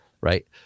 Right